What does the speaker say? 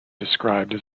described